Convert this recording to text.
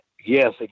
Yes